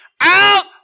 out